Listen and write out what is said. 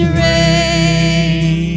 rain